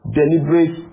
deliberate